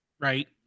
right